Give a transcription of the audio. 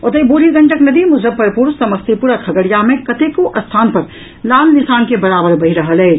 ओतहि बूढ़ी गंडक नदी मुजफ्फरपुर समस्तीपुर आ खगड़िया मे कतेको स्थान पर लाल निशान के बराबर बहि रहल अछि